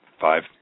five